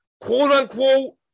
quote-unquote